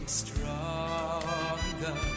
stronger